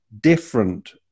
different